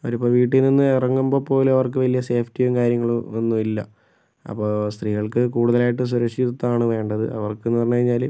അവരിപ്പോൾ വീട്ടിൽ നിന്ന് ഇറങ്ങുമ്പോൾ പോലും അവർക്ക് വലിയ സേഫ്റ്റിയും കാര്യങ്ങളോ ഒന്നും ഇല്ല അപ്പോൾ സ്ത്രീകൾക്ക് കൂടുതലായിട്ടും സുരക്ഷിതത്വം ആണ് വേണ്ടത് അവർക്കെന്ന് പറഞ്ഞ് കഴിഞ്ഞാല്